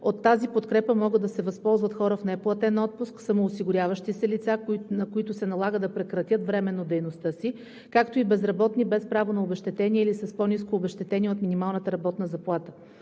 От тази подкрепа могат да се възползват хора в неплатен отпуск, самоосигуряващи се лица, на които се налага да прекратят временно дейността си, както и безработни без право на обезщетение или с по-ниско обезщетение от минималната работна заплата.